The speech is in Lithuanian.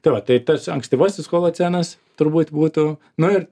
tai va tai tas ankstyvasis holocenas turbūt būtų nu ir